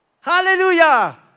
Hallelujah